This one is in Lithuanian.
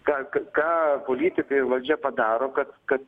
ką ką ką politikai ir valdžia padaro kad kad